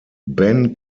ben